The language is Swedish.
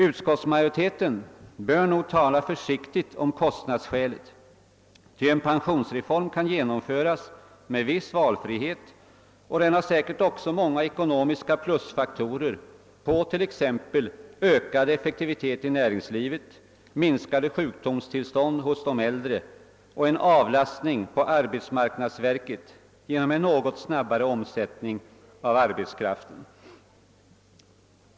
Utskottsmajoriteten bör nog tala försiktigt om kostnadsskälet, ty en pensionsreform kan genomföras med viss valfrihet, och den har säkert också många ekonomiska plusfaktorer t.ex. i form av ökad effektivitet i näringslivet, minskad sjuklighet hos de äldre och en avlastning för arbetsmarknadsverket genom en något snabbare omsättning av arbetskraft.